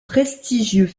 prestigieux